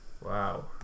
wow